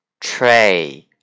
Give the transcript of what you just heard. Tray